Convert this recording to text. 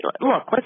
look